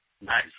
Nice